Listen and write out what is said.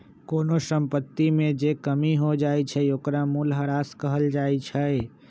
कोनो संपत्ति में जे कमी हो जाई छई ओकरा मूलहरास कहल जाई छई